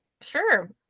sure